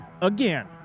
again